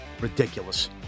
Ridiculous